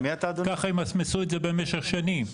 ככה הם ימסמסו את זה במשך שנים.